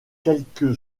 quelque